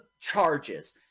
charges